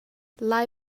lai